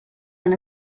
han